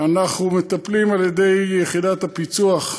אנחנו מטפלים, על-ידי יחידת הפיצו"ח,